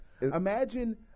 Imagine